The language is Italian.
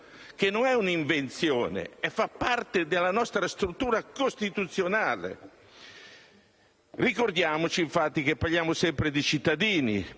che non è un'invenzione, ma è parte della nostra struttura costituzionale. Ricordiamoci, infatti, che parliamo sempre di cittadini,